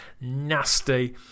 nasty